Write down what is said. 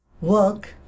work